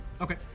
Okay